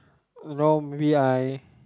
wrong maybe I